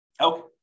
Okay